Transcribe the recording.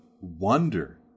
wonder